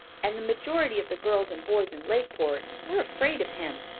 and the majority of the girls and boys in lakeport were afraid of him.